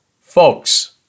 Folks